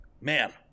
man